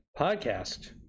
podcast